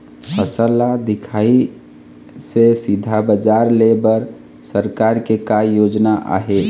फसल ला दिखाही से सीधा बजार लेय बर सरकार के का योजना आहे?